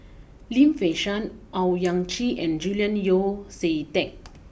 Lim Fei Shen Owyang Chi and Julian Yeo see Teck